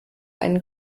einen